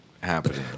happening